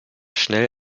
schnell